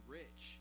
rich